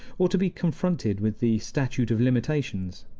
or to be confronted with the statute of limitations.